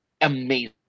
amazing